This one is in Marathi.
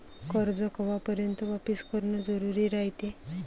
कर्ज कवापर्यंत वापिस करन जरुरी रायते?